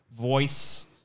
voice